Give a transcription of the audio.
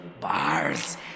Bars